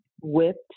whipped